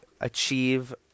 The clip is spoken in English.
achieve